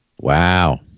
Wow